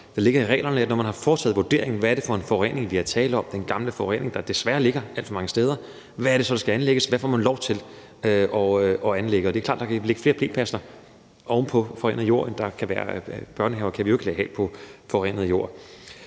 der ligger i reglerne. Når man har foretaget en vurdering af, hvad det er for en forurening, der er tale om – den gamle forurening, der desværre ligger alt for mange steder – kigger man på, hvad der skal anlægges, og hvad man kan få lov til at anlægge. Det er klart, at jeg ville lægge flere p-pladser oven på forurenet jord end børnehaver. Børnehaver kan vi jo ikke have på forurenet jord.